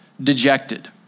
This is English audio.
dejected